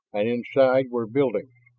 and inside were buildings.